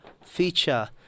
feature